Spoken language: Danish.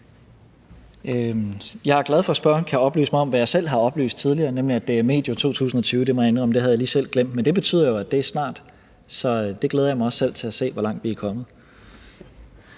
Jeg er glad for, at spørgeren kan oplyse mig om, hvad jeg selv har oplyst tidligere, nemlig at det er medio 2020 – det må jeg indrømme at jeg selv lige havde glemt. Men det betyder jo, at det er snart, så jeg glæder mig også selv til at se, hvor langt vi er kommet.